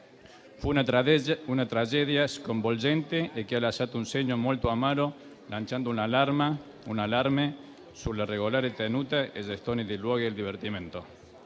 Fu una tragedia sconvolgente che ha lasciato un segno molto amaro, lanciando un allarme sulla regolare tenuta e gestione dei luoghi del divertimento.